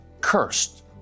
cursed